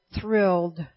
thrilled